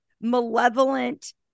malevolent